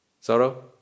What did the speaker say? Sorrow